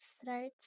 start